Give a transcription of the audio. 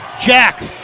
Jack